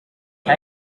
hij